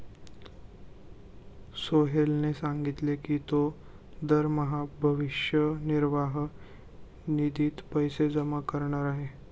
सोहेलने सांगितले की तो दरमहा भविष्य निर्वाह निधीत पैसे जमा करणार आहे